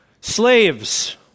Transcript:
Slaves